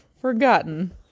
forgotten